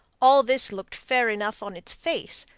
all this looked fair enough on its face,